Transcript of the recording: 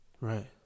Right